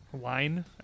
line